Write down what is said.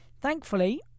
thankfully